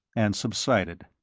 and subsided.